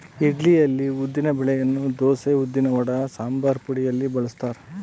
ಇಡ್ಲಿಯಲ್ಲಿ ಉದ್ದಿನ ಬೆಳೆಯನ್ನು ದೋಸೆ, ಉದ್ದಿನವಡ, ಸಂಬಾರಪುಡಿಯಲ್ಲಿ ಬಳಸ್ತಾರ